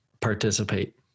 participate